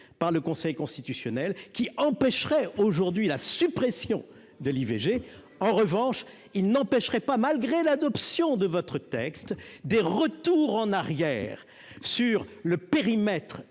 par le Conseil constitutionnel qui empêcherait aujourd'hui la suppression de l'IVG, en revanche il n'empêcherait pas malgré l'adoption de votre texte des retours en arrière sur le périmètre